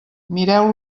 mireu